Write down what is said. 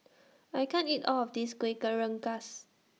I can't eat All of This Kueh Rengas